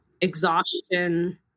exhaustion